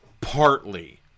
partly